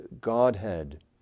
Godhead